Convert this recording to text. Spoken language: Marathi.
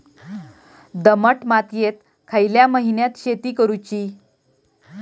दमट मातयेत खयल्या महिन्यात शेती करुची?